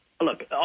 Look